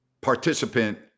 participant